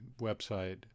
website